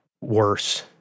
worse